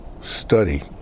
study